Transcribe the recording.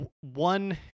one